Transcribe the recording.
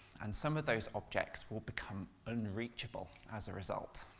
and some of those objects will become unreachable as a result.